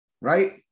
right